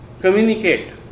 communicate